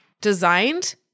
designed